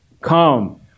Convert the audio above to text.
Come